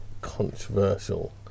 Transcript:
controversial